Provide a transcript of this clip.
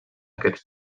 aquests